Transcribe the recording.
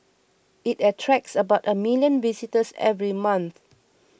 it attracts about a million visitors every month